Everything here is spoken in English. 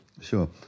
Sure